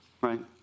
right